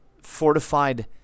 fortified